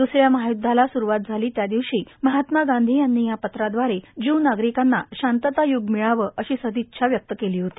दुसऱ्या महायुद्धाला सुरूवात झाली त्या दिवशी महात्मा गांधी यांनी या पत्राद्वारे ज्यू नागरिकांना शांतता युग मिळवं अशी सदिच्छ केली होती